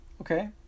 Okay